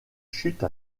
chute